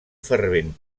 fervent